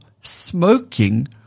smoking